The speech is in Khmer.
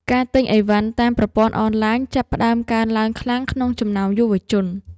ការទិញឥវ៉ាន់តាមប្រព័ន្ធអនឡាញ ចាប់ផ្ដើមកើនឡើងខ្លាំងក្នុងចំណោមយុវជន។